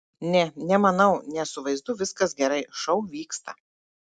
ne nemanau nes su vaizdu viskas gerai šou vyksta